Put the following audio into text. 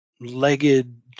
legged